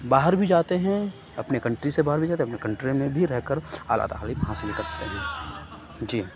باہر بھی جاتے ہیں اپنی کنٹری سے باہر بھی جاتے ہیں اپنی کنٹری میں بھی رہ کر اعلیٰ تعلیم حاصل کرتے ہیں جی